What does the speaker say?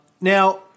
Now